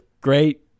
great